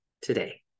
today